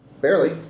Barely